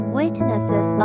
witnesses